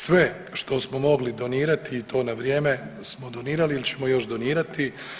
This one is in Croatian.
Sve što smo mogli donirati i to na vrijeme smo donirali ili ćemo još donirati.